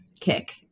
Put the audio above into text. kick